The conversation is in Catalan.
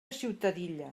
ciutadilla